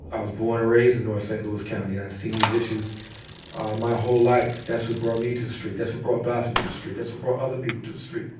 i was born and raised in north st. louis county, and i'd seen these issues my whole life. that's what brought me to the street. that's what brought bassem to the street. that's what brought other people to the street.